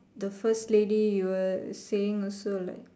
the first lady you were saying also like